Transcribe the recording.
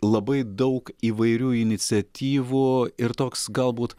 labai daug įvairių iniciatyvų ir toks galbūt